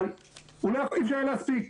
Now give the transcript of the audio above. אבל אי אפשר היה להספיק,